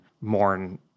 mourn